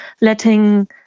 letting